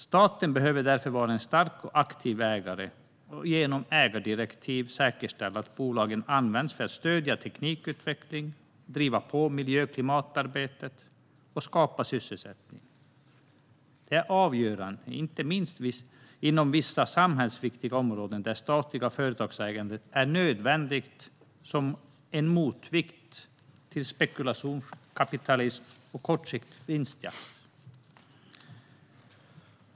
Staten behöver därför vara en stark och aktiv ägare och genom ägardirektiv säkerställa att bolagen används för att stödja teknikutveckling, driva på miljö och klimatarbete och skapa sysselsättning. Detta är avgörande inte minst inom vissa samhällsviktiga områden där statligt företagsägande är nödvändigt som en motvikt till spekulation, kapitalism och kortsiktig vinstjakt.